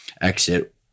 exit